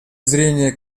зрения